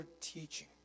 teaching